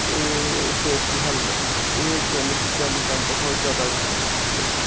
ਅਤੇ safety helmet ਇਹ ਤਿੰਨ ਚੀਜ਼ਾਂ ਦੀ ਤਾਂ ਬਹੁਤ ਜ਼ਿਆਦਾ ਜ਼ਰੂਰਤ ਹੁੰਦੀ ਹੈ ਨਾ